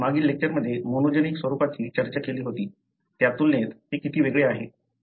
आपण मागील लेक्चर मध्ये मोनोजेनिक स्वरूपाची चर्चा केली होती त्या तुलनेत ते किती वेगळे आहे